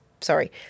sorry